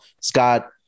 scott